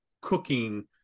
cooking